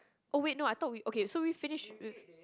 oh wait no I thought we okay so we finish with